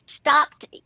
stopped –